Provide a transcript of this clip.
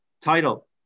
title